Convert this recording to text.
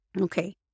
Okay